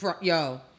Yo